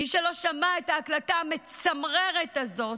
מי שלא שמע את ההקלטה המצמררת הזאת,